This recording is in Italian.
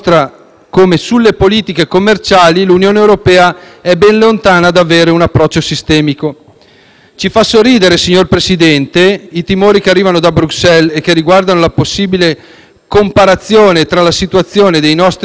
Ci fanno sorridere, signor Presidente, i timori che arrivano da Bruxelles e che riguardano la possibile comparazione tra la situazione dei nostri porti di Trieste e di Genova e quella del Pireo in Grecia.